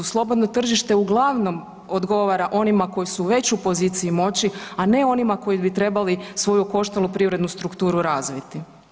Slobodno tržište uglavnom odgovara onima koji su već u poziciji moći, a ne onima koji bi trebali svoju okoštalu privrednu strukturu razviti.